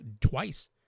twice